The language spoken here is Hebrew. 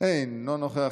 אינה נוכחת,